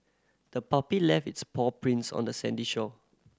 the puppy left its paw prints on the sandy shore